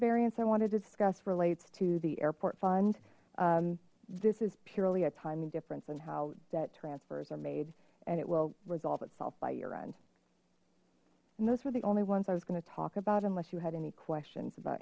variance i wanted to discuss relates to the airport fund this is purely a tiny difference in how debt transfers are made and it will resolve itself by year end and those were the only ones i was going to talk about unless you had any questions about